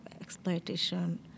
exploitation